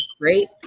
great